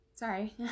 Sorry